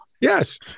Yes